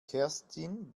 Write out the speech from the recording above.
kerstin